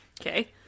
Okay